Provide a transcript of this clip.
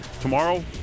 tomorrow